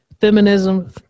feminism